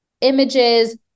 images